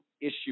issue